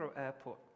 Airport